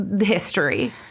history